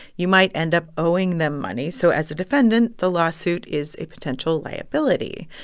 you might end up owing them money. so as a defendant, the lawsuit is a potential liability.